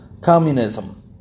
Communism